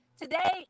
Today